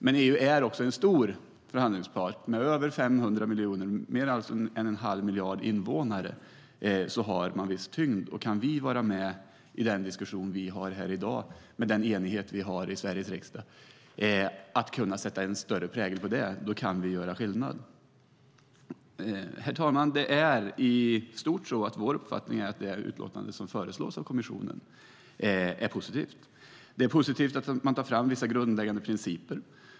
Men EU är en stor förhandlingspart med över 500 miljoner, det vill säga mer än en halv miljard, invånare och har en viss tyngd. Kan vi vara med i den diskussion vi har här i dag med den enighet vi har i Sveriges riksdag och kunna sätta en större prägel på det arbetet kan vi göra skillnad. Herr talman! I stort är vår uppfattning att det utlåtande som föreslås av kommissionen är positivt. Det är positivt att man tar fram vissa grundläggande principer.